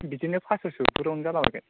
बिदिनो पासस'सोफ्रावनो जाला बायगोन